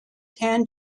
and